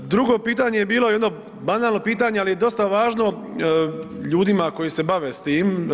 Drugo pitanje je bilo jedno banalno pitanje, ali je dosta važno ljudima koji se bave s tim.